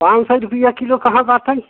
पाँच सौ रुपया किलो कहाँ बाटई